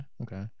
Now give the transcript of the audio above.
okay